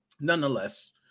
nonetheless